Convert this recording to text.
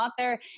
author